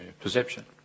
perception